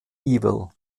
evil